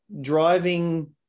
driving